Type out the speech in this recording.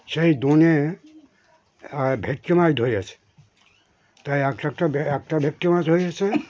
সেই ডোনে ভেটকি মাছ ধরেছে তাই একটা একটা একটা ভেটকি মাছ হয়েছে